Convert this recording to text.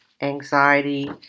anxiety